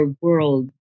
world